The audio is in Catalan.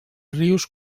rius